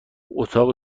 اتاق